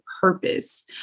purpose